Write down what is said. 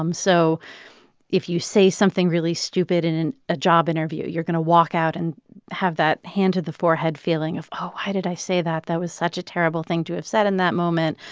um so if you say something really stupid in in a job interview, you're going to walk out and have that hand-to-the-forehead feeling of, oh, why did i say that? that was such a terrible thing to have said in that moment.